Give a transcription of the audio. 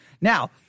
Now